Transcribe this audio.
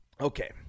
Okay